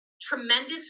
tremendous